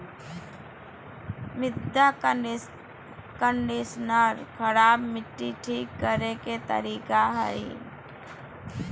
मृदा कंडीशनर खराब मट्टी ठीक करे के तरीका हइ